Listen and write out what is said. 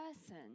person